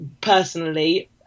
personally